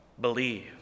Believe